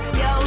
yo